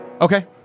Okay